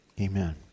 amen